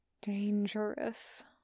dangerous